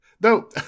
No